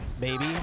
Baby